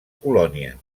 colònia